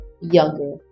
younger